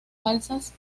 balsas